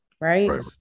Right